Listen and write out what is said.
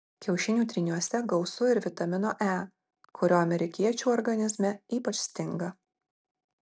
kiaušinių tryniuose gausu ir vitamino e kurio amerikiečių organizme ypač stinga